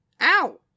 Ow